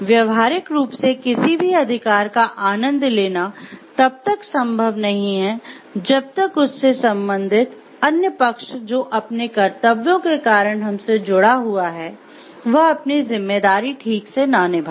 व्यावहारिक रूप से किसी भी अधिकार का आनंद लेना तब तक संभव नहीं है जब तक उससे संबंधित अन्य पक्ष जो अपने कर्तव्यों के कारण हमसे जुड़ा हुआ है वह अपनी जिम्मेदारी ठीक से ना निभाए